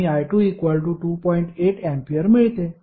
8 A मिळते